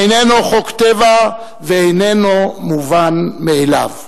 איננו חוק טבע ואיננו מובן מאליו.